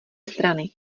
strany